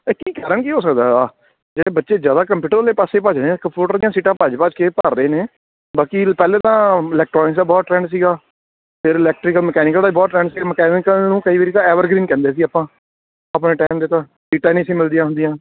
ਇਹ ਕੀ ਕਾਰਨ ਕੀ ਹੋ ਸਕਦਾ ਆ ਜਿਹੜੇ ਬੱਚੇ ਜ਼ਿਆਦਾ ਕੰਪਿਊਟਰ ਵਾਲੇ ਪਾਸੇ ਭੱਜ ਰਹੇ ਕੰਪਿਊਟਰ ਦੀਆਂ ਸੀਟਾਂ ਭੱਜ ਭੱਜ ਕੇ ਭਰਦੇ ਨੇ ਬਾਕੀ ਪਹਿਲੇ ਤਾਂ ਇਲੈਕਟ੍ਰੋਨਿਕਸ ਦਾ ਬਹੁਤ ਟਰੈਂਡ ਸੀਗਾ ਫਿਰ ਇਲੈਕਟ੍ਰੀਕਲ ਮਕੈਨੀਕਲ ਦਾ ਬਹੁਤ ਟਰੈਂਡ ਸੀ ਮਕੈਨੀਕਲ ਨੂੰ ਕਈ ਵਾਰੀ ਐਵਰਗਰੀਨ ਕਹਿੰਦੇ ਸੀ ਆਪਾਂ ਆਪਣੇ ਟਾਈਮ 'ਚ ਤਾਂ ਸੀਟਾਂ ਨਹੀਂ ਸੀ ਮਿਲਦੀਆਂ ਹੁੰਦੀਆਂ